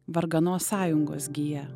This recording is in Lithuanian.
varganos sąjungos gija